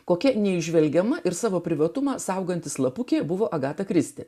kokia neįžvelgiama ir savo privatumą sauganti slapukė buvo agata kristi